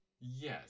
Yes